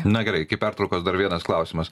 na gerai iki pertraukos dar vienas klausimas